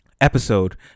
Episode